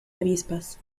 avispas